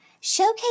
Showcase